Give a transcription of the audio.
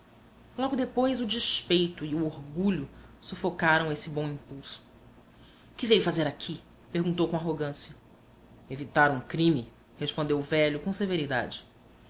logo depois o despeito e o orgulho sufocaram esse bom impulso que veio fazer aqui perguntou com arrogância evitar um crime respondeu o velho com severidade